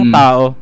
tao